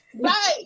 Right